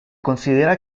considera